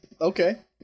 Okay